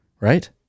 Right